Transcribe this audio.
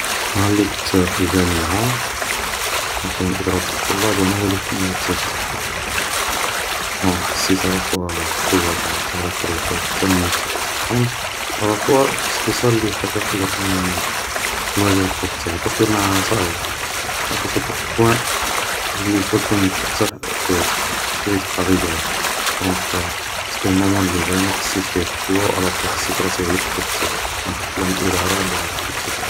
نهار اللي كنت في الجامعة, كان كابن اضراب تاع الطلاب و انا هو اللي كنت الممثل نتاعهم, جونغ حسيت الافوا بالقوة تاع نتا راك دروك نتا راك الممثل نتاعهم, و ا لا فوا سيتي صا الحاجة اللي خلاتني نواجه الخوف تاعي بارسكو ما صايي, وصلت واحد البوان اللي الفو تكون تاثر في حياتك ماشي غي تبقى غي جايح, دونك سيتي المومون اللي فريمون حسيت فيه بالقوة و الافوا حسيت راسي غلبت الخوف تاعي, ما خفت لا من الادارة لا من كي كو سوسوة